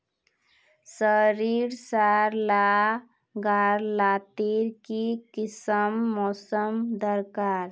सरिसार ला गार लात्तिर की किसम मौसम दरकार?